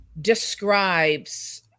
describes